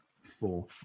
four